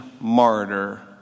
martyr